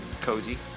cozy